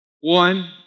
One